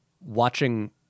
watching